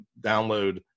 download